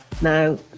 Now